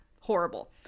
horrible